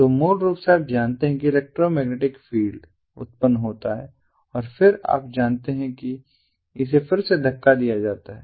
तो मूल रूप से आप जानते हैं कि इलेक्ट्रो मैग्नेटिक फील्ड उत्पन्न होता है और फिर आप जानते हैं कि इसे फिर से धक्का दिया जाता है